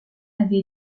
avait